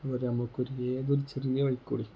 ഒരു നമുക്കേതൊരു ചെറിയ വഴിയിൽ കൂടെയും